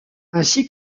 ainsi